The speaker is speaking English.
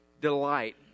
delight